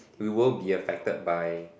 we will be affected by